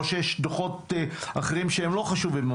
לא שיש דוחות אחרים שהם לא חשובים,